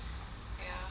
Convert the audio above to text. ya !aiyo!